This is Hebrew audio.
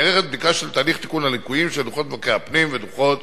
נערכת בדיקה של תהליך תיקון הליקויים של דוחות מבקר הפנים ודוחות